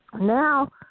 Now